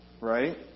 right